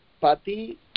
Pati